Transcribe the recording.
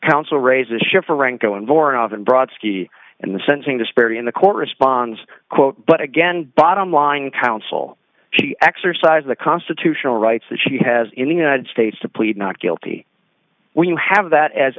counsel raises sheffer ranko and boring often brought ski and the sensing disparity in the court responds quote but again bottom line counsel she exercised the constitutional rights that she has in the united states to plead not guilty when you have that as